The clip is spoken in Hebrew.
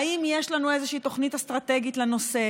האם יש לנו איזושהי תוכנית אסטרטגית לנושא,